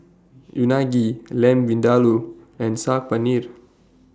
Unagi Lamb Vindaloo and Saag Paneer